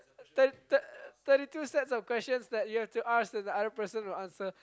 thir~ thir~ thirty two sets of questions that you have to ask and the other person will answer